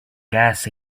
gas